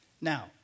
Now